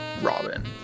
Robin